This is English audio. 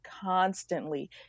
constantly